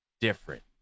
different